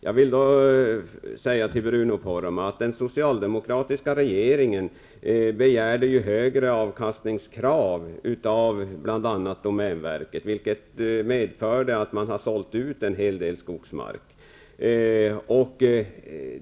Jag vill säga till Bruno Poromaa att den socialdemokratiska regeringen krävde högre avkastning av bl.a. domänverket, vilket medförde att domänverket sålde ut en hel del skogsmark.